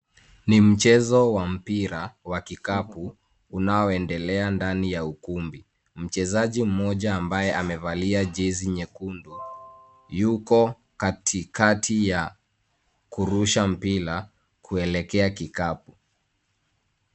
Ni mchezo wa mpira wa kikapu unaoendelea ndani ya ukumbi. Mchezaji mmoja ambaye amevalia jezi nyekundu yuko kati kati ya kurusha mpira kuelekea kikapu.